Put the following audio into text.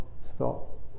stop